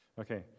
Okay